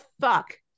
fuck